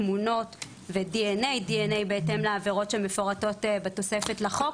תמונות ודנ"א דנ"א בהתאם לעבירות שמפורטות בתוספת לחוק